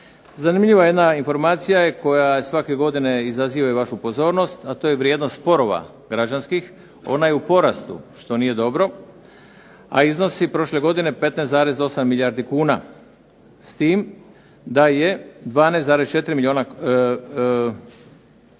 Zanimljiva je jedna informacija koja svake godine izaziva i vašu pozornost a to je vrijednost sporova građanskih. Ona je u porastu što nije dobro, a iznosi prošle godine 15,8 milijardi kuna s tim da je 12,4 milijardi kuna,